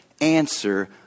answer